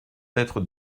être